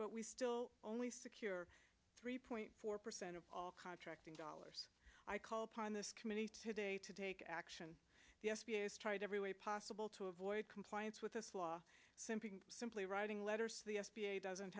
but we still only secure three point four percent of all contracting dollars i call upon this committee today to take action the s b a is tried every way possible to avoid compliance with this law simply writing letters to the s b a doesn't